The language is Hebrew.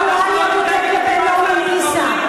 כלפי נורמן עיסא.